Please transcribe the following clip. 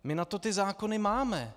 My na to zákony máme!